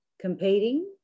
competing